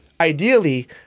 ideally